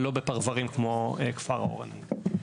אבל לא בפרברים כמו כפר אורנים.